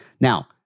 Now